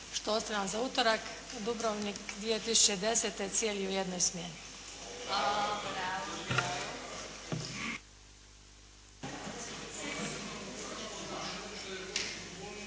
što ostavljam za utorak, Dubrovnik 2010. cijeli u jednoj smjeni.